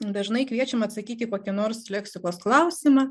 dažnai kviečiama atsakyti į kokį nors leksikos klausimą